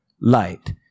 light